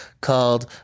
called